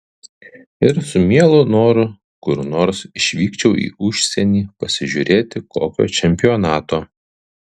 ir su mielu noru kur nors išvykčiau į užsienį pasižiūrėti kokio čempionato